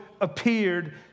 appeared